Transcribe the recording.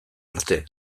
arte